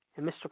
Mr